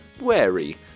wary